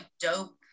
dope